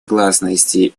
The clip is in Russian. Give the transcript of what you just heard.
гласности